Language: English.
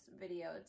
video